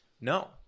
No